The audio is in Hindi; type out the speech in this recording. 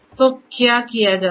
तो क्या किया जाता है